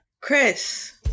Chris